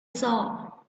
saw